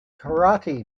karaite